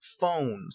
phones